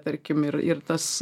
tarkim ir ir tas